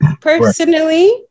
personally